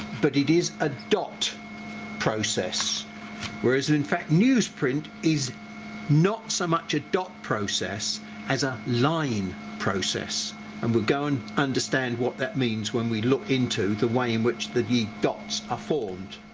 but it is a dot process whereas in fact newsprint is not so much a dot process as a line process and we'll go and understand what that means when we look into the way in which the the dots are formed.